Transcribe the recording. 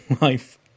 life